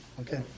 Okay